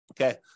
Okay